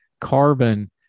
carbon